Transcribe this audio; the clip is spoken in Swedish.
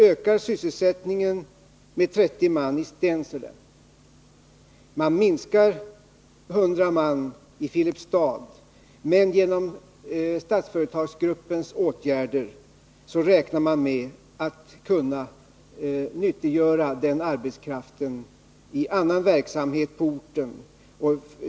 Om sysselsättningen ökas med 30 man i Stensele och minskas med 100 man i Filipstad, räknar Statsföretagsgruppen med att genom dessa åtgärder kunna nyttiggöra den frigjorda arbetskraften i annan verksamhet på orten.